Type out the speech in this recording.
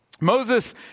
Moses